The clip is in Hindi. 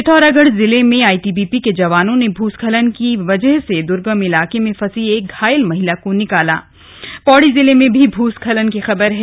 पिथौरागढ़ जिले में आईटीबीपी के जवानों ने भूस्खलन की बजह से दुर्गम इलाके में फसी एक घायल महिला को निकाल लिया है उधर पौड़ी जिले में भूस्खलन की खबर है